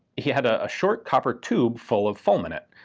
he had a short copper tube full of fulminate,